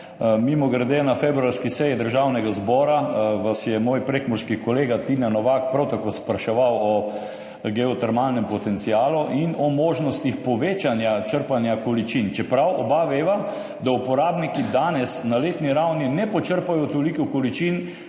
Mimogrede, na februarski seji Državnega zbora vas je moj prekmurski kolega Tine Novak prav tako spraševal o geotermalnem potencialu in o možnostih povečanja črpanja količin, čeprav oba veva, da uporabniki danes na letni ravni ne počrpajo toliko količin,